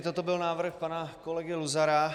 Toto byl návrh pana kolegy Luzara.